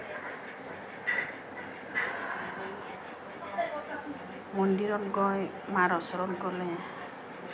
মন্দিৰত গৈ মাৰ ওচৰত গ'লে